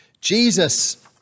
Jesus